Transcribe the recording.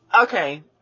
okay